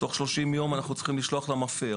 תוך 30 ימים אנחנו צריכים לשלוח למפיר,